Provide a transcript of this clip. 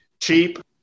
cheap